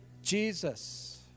Jesus